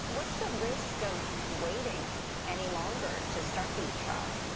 what's the risk of waiting any longer to start these trials?